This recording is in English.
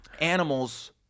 Animals